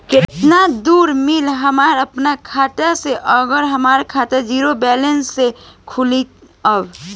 केतना सूद मिली हमरा अपना खाता से अगर हमार खाता ज़ीरो बैलेंस से खुली तब?